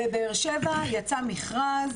בבאר שבע יצא מכרז.